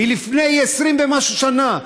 מלפני 20 ומשהו שנה,